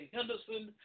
Henderson